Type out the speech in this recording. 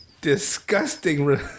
disgusting